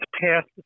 passed